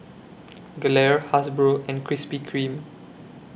Gelare Hasbro and Krispy Kreme